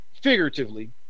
figuratively